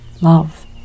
love